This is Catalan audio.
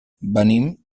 venim